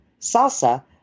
salsa